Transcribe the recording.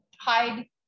Hide